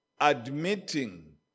Admitting